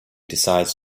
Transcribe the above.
decides